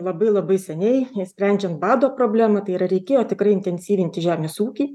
labai labai seniai išsprendžiam bado problemą tai yra reikėjo tikrai intensyvinti žemės ūkį